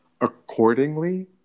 accordingly